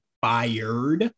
fired